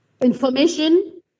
information